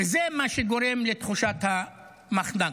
וזה מה שגורם לתחושת המחנק.